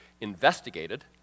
investigated